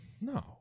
No